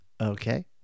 Okay